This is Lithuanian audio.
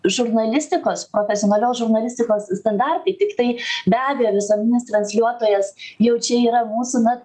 žurnalistikos profesionalios žurnalistikos standartai tiktai be abejo visuomeninis transliuotojas jau čia yra mūsų na